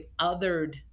othered